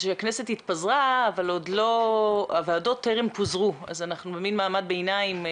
הכנסת התפזרה אבל הוועדות טרם פוזרו כך שאנחנו במעמד ביניים.